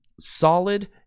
Solid